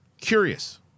Curious